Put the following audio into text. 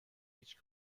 هیچ